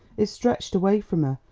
it stretched away from her,